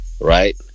right